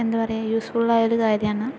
എന്താ പറയുക യൂസ്ഫുള് ആയൊരു കാര്യമാണ്